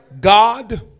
God